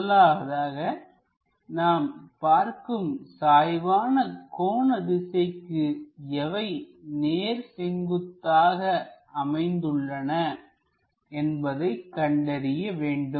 முதலாக நாம் பார்க்கும் சாய்வான கோண திசைக்கு எவை நேர் செங்குத்தாக அமைந்துள்ளன என்பதை கண்டறிய வேண்டும்